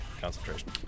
Concentration